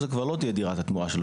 זו כבר לא תהיה דירת התמורה שלו,